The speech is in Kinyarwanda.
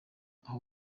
aho